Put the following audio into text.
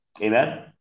Amen